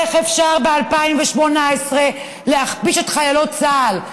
איך אפשר ב-2018 להכפיש את חיילות צה"ל,